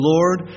Lord